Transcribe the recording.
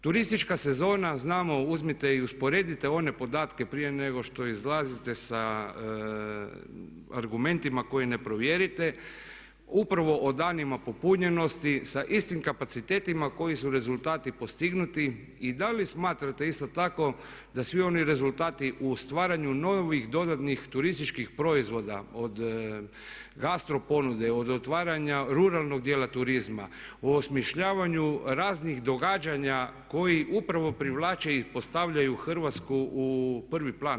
Turistička sezona znamo, uzmite i usporedite one podatke prije nego što izlazite sa argumentima koje ne provjerite, upravo o danima popunjenosti sa istim kapacitetima koji su rezultati postignuti i da li smatrate isto tako da svi oni rezultati u stvaranju novih dodatnih turističkih proizvoda od gastro ponude, od otvaranja ruralnog dijela turizma, u osmišljavanju raznih događanja koji upravo privlače i postavljaju Hrvatsku u prvi plan.